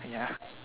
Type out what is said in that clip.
ya